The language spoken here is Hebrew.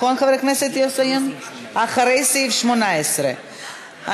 אחרי סעיף 18,